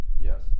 yes